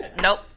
Nope